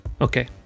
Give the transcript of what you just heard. Okay